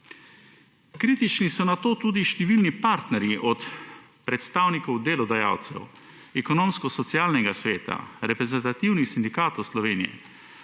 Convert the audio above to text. Kritični so na to tudi številni partnerji od predstavnikov delodajalcev, Ekonomsko-socialnega sveta, Reprezentativnih sindikatov Slovenije,